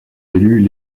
élus